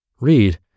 Read